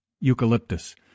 eucalyptus